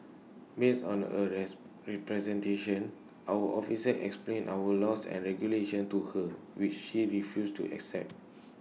based on her rest representation our officers explained our laws and regulations to her which she refused to accept